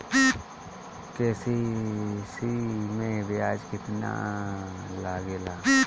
KCC मै ब्याज केतनि लागेला?